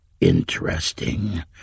interesting